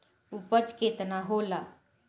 उपज केतना होला?